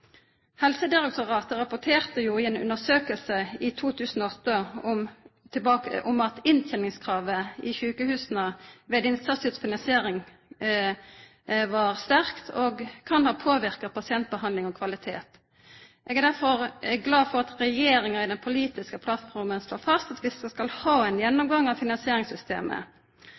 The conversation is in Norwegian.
Helsedirektoratet rapporterte jo i ei undersøking i 2008 om at innteningskravet i sjukehusa ved innsatsstyrt finansiering var sterkt og kan ha påverka pasientbehandlinga og kvaliteten. Eg er derfor glad for at regjeringa i den politiske plattforma slår fast at vi skal ha ein gjennomgang av finansieringssystemet.